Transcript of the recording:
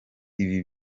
ibi